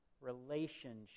relationship